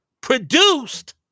produced